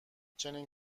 چنین